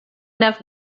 enough